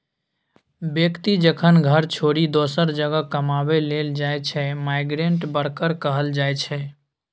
बेकती जखन घर छोरि दोसर जगह कमाबै लेल जाइ छै माइग्रेंट बर्कर कहल जाइ छै